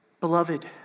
Beloved